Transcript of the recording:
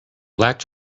latch